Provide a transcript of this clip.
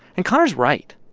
and connor's right.